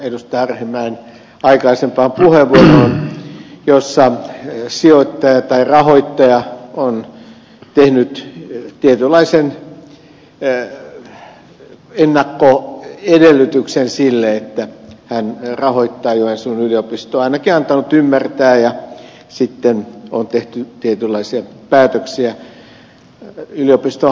arhinmäen aikaisempaan puheenvuoroon jossa sijoittaja tai rahoittaja on tehnyt tietynlaisen ennakkoedellytyksen sille että hän rahoittaa joensuun yliopistoa ainakin antanut ymmärtää ja sitten on tehty tietynlaisia päätöksiä yliopiston hallinnossa